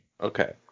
Okay